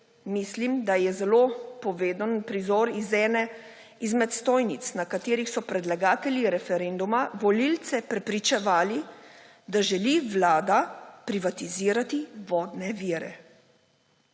Mislim, da je zelo poveden prizor iz ene izmed stojnic, na katerih so predlagatelji referenduma volivce prepričevali, da želi Vlada privatizirati vodne vire.